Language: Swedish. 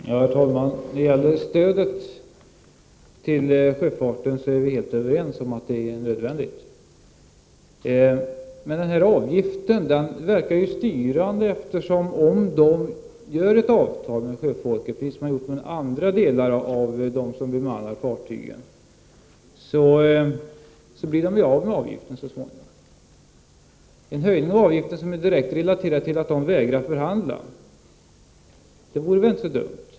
Herr talman! När det gäller stödet till sjöfarten är vi helt överens om att detta är nödvändigt. Men den här avgiften verkar ju styrande. Om man gör ett avtal med sjöfolket, som man har gjort med andra som bemannar fartygen, så blir man så småningom av med avgiften. En höjning av avgiften som är direkt relaterad till att redarna vägrar förhandla vore väl inte så dumt?